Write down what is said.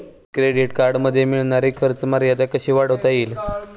Credit कार्डमध्ये मिळणारी खर्च मर्यादा कशी वाढवता येईल?